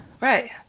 Right